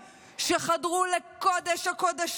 כנגד שבא להגן על ישראל